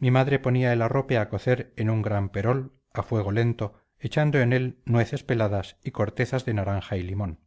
mi madre ponía el arrope a cocer en un gran perol a fuego lento echando en él nueces peladas y cortezas de naranja y limón